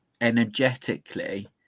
energetically